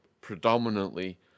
predominantly